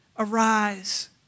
Arise